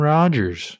Rodgers